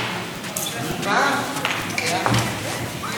עד ארבע דקות לרשותך.